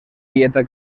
dieta